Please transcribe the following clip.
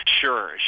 Sure